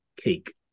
cake